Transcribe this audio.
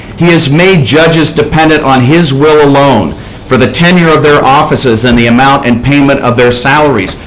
he has made judges dependent on his will alone for the tenure of their offices and the amount and payment of their salaries.